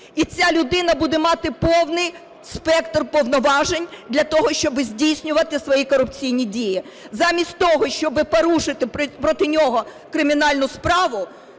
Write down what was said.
і ця людина буде мати повний спектр повноважень для того, щоб здійснювати свої корупційні дії. Замість того, щоб порушити проти нього кримінальну справу,